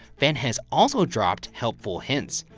fenn has also dropped helpful hints.